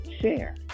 share